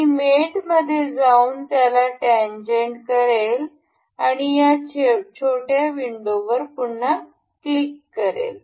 मी मेट मध्ये जाऊन त्याला टॅन्जेन्ट करेल आणि या छोट्या विंडोवर पुन्हा क्लिक करते